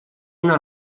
una